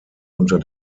unter